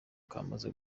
kamaze